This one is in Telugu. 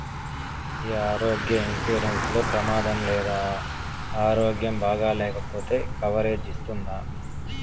ఈ ఆరోగ్య ఇన్సూరెన్సు లో ప్రమాదం లేదా ఆరోగ్యం బాగాలేకపొతే కవరేజ్ ఇస్తుందా?